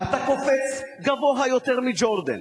אתה קופץ גבוה יותר מג'ורדן,